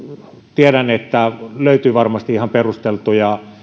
tiedän että löytyy varmasti ihan perusteltuja